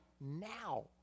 now